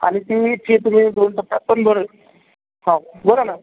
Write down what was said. आणि ती फी तुम्ही दोन टप्प्यात पण भरू हो बोला ना